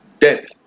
Death